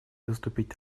выступить